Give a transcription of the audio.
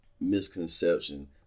misconception